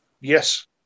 Yes